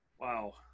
Wow